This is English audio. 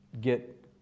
get